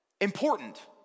important